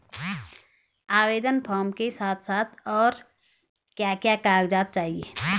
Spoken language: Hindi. आवेदन फार्म के साथ और क्या क्या कागज़ात चाहिए?